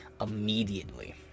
immediately